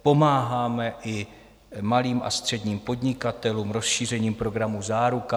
Pomáháme i malým a středním podnikatelům rozšířením programu Záruka.